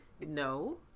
no